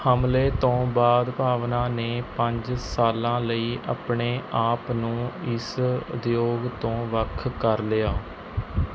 ਹਮਲੇ ਤੋਂ ਬਾਅਦ ਭਾਵਨਾ ਨੇ ਪੰਜ ਸਾਲਾਂ ਲਈ ਆਪਣੇ ਆਪ ਨੂੰ ਇਸ ਉਦਯੋਗ ਤੋਂ ਵੱਖ ਕਰ ਲਿਆ